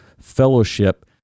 fellowship